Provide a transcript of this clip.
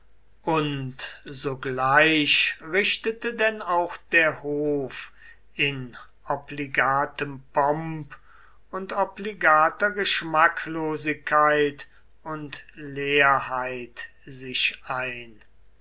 und sogleich richtete denn auch der hof in obligatem pomp und obligater geschmacklosigkeit und leerheft sich ein